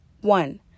One